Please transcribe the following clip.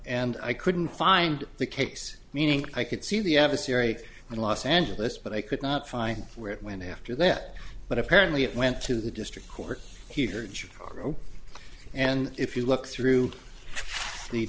and i couldn't find the case meaning i could see the adversary in los angeles but i could not find where it went after that but apparently it went to the district court here in chicago and if you look through the